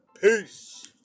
Peace